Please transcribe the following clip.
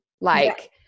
Like-